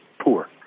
poor